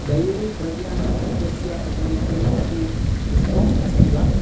dairy द्रव्याणि इत्यस्य उपरि किम् अपि डिस्कौण्ट् अस्ति वा